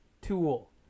tool